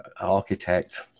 architect